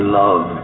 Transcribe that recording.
love